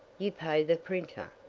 you pay the printer,